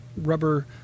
rubber